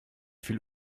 viel